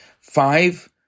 five